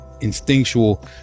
instinctual